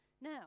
Now